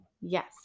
yes